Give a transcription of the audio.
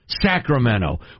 Sacramento